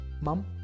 Mom